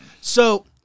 So-